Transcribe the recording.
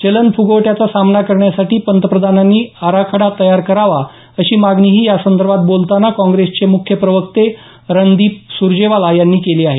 चलनफुगवट्याचा सामना करण्यासाठी पंतप्रधानांनी आराखडा तयार करावा अशी मागणीही या संदर्भात बोलताना काँग्रेसचे मुख्य प्रवक्ते रमणदीप सुरजेवाला यांनी केली आहे